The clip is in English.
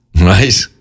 right